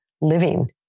living